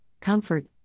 comfort